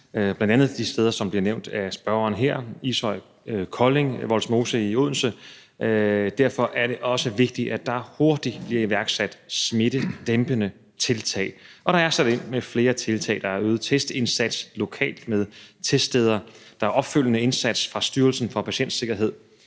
landet, bl.a. de steder, som bliver nævnt af spørgeren her: Ishøj, Kolding og Vollsmose i Odense. Derfor er det også vigtigt, at der hurtigt bliver iværksat smittedæmpende tiltag. Og der er sat ind med flere tiltag. Der er øget testindsats lokalt med teststeder; der er opfølgende indsats fra Styrelsen for Patientsikkerhed;